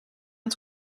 het